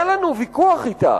היה לנו ויכוח אתה,